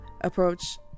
approach